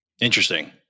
Interesting